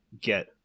get